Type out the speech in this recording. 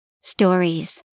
stories